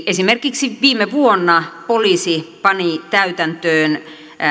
esimerkiksi viime vuonna poliisi pani täytäntöön